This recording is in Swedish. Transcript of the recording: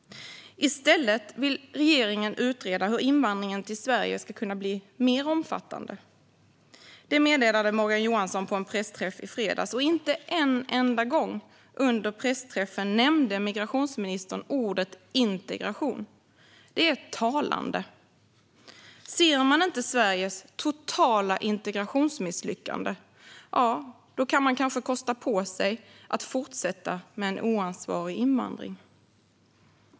I stället vill regeringen utreda hur invandringen till Sverige ska kunna bli mer omfattande. Det meddelade Morgan Johansson på en pressträff i fredags. Inte en enda gång under pressträffen nämnde migrationsministern ordet integration. Det är talande. Ser man inte Sveriges totala integrationsmisslyckande kan man kanske kosta på sig att fortsätta med en oansvarig invandring.